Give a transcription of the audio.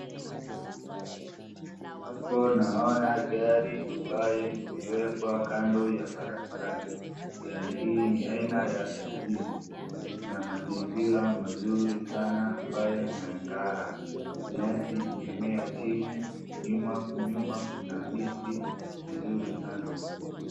Hapo naona gari ambaye imewekwa kando ya barabarani. Gari hii ni aina ya taxi na mazingira mazuri sana ambayo ing'ara. Nyasi imemea chini nyuma kuna miti mizuri sana.